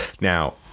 now